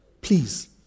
Please